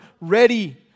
ready